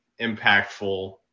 impactful